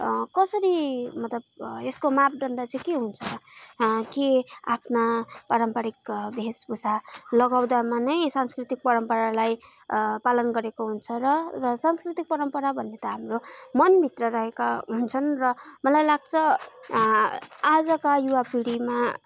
कसरी मतलब यसको मापदण्ड चाहिँ के हुन्छ कि आफ्ना पारम्परिक भेषभूषा लगाउँदामा नै सांस्कृतिक परम्परालाई पालन गरेको हुन्छ र सांस्कृतिक परम्परा भन्ने त हाम्रो मनभित्र रहेका हुन्छन् र मलाई लाग्छ आजका युवा पिँढीमा